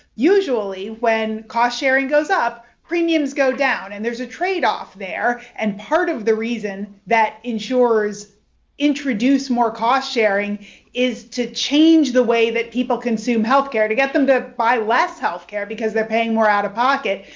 usually when cost sharing goes up, premiums go down. and there's a trade off there. and part of the reason that insurers introduce more cost sharing is to change the way that people consume health care. to get them to buy less health care, because they're paying more out of pocket.